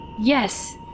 Yes